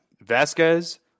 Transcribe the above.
Vasquez